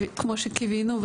כמו שקיווינו,